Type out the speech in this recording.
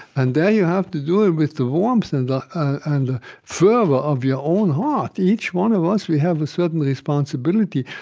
and there you have to do it with the warmth and the and fervor of your own heart. each one of us, we have a certain responsibility,